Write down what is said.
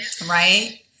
right